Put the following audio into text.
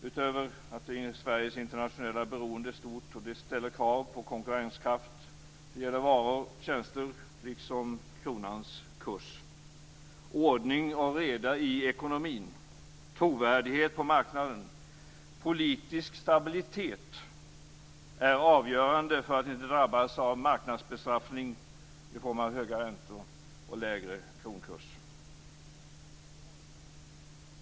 Först och främst är Sveriges internationella beroende stort, och det ställer krav på konkurrenskraft. Det gäller varor, tjänster och kronans kurs. Ordning och reda i ekonomin, trovärdighet på marknaden, politisk stabilitet är avgörande för att inte drabbas av marknadsbestraffning i form av höga räntor och lägre kronkurs.